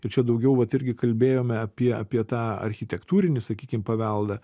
ir čia daugiau vat irgi kalbėjome apie apie tą architektūrinį sakykim paveldą